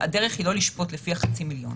הדרך היא לא לשפוט לפי החצי מיליון.